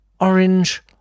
Orange